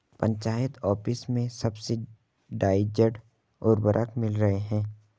panchayat office में subsidised उर्वरक मिल रहे हैं